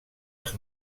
els